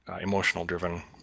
emotional-driven